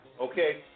Okay